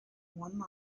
one